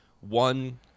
one